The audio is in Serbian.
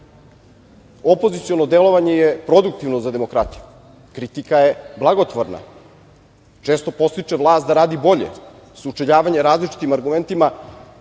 Opoziciono delovanje je produktivno za demokratiju, kritika je blagotvorna, često podstiče vlast da radi bolje. Sučeljavanje različitim argumentima